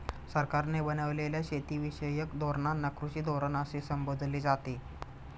सरकारने बनवलेल्या शेतीविषयक धोरणांना कृषी धोरण असे संबोधले जाते